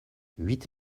huit